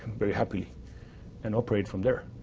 very happy and operate from. there.